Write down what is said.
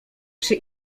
czy